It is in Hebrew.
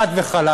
חד וחלק.